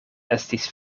estis